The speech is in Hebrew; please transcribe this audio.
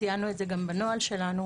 ציינו את זה גם בנוהל שלנו